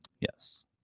Yes